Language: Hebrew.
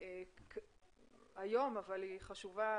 היום אבל היא חשובה,